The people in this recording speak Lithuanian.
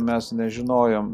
mes nežinojom